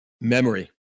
memory